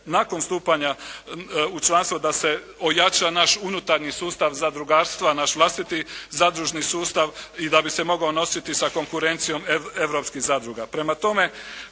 nakon stupanja u članstvo da se ojača naš unutarnji sustav zadrugarstva, naš vlastiti zadružni sustav i da bi se mogao nositi sa konkurencijom europskih zadruga.